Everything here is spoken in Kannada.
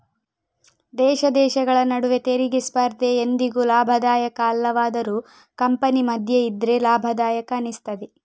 ದೇಶ ದೇಶಗಳ ನಡುವೆ ತೆರಿಗೆ ಸ್ಪರ್ಧೆ ಎಂದಿಗೂ ಲಾಭದಾಯಕ ಅಲ್ಲವಾದರೂ ಕಂಪನಿ ಮಧ್ಯ ಇದ್ರೆ ಲಾಭದಾಯಕ ಅನಿಸ್ತದೆ